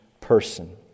person